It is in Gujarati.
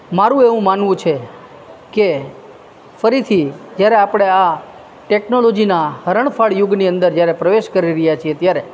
મારું એવું માનવું છે કે ફરીથી જ્યારે આપણે આ ટેકનોલોજીના હરણફાળયુગની અંદર જ્યારે પ્રવેશ કરી રહ્યા છીએ ત્યારે